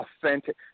authentic